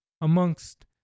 amongst